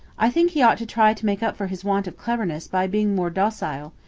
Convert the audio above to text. i think he ought to try to make up for his want of cleverness by being more docile,